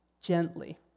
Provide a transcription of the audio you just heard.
gently